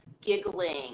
giggling